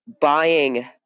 buying